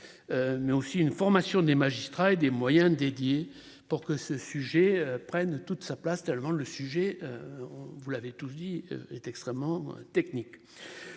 Mais aussi une formation des magistrats et des moyens dédiés pour que ce sujet prenne toute sa place tellement le sujet. Vous l'avez tous dit est extrêmement technique.